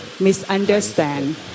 misunderstand